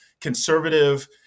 conservative